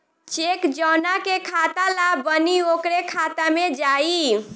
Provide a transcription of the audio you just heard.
check जौना के खाता ला बनी ओकरे खाता मे जाई